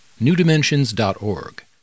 newdimensions.org